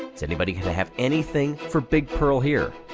is anybody gonna have anything for big pearl here?